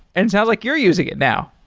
and sounds like you're using it now.